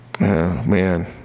man